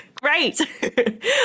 great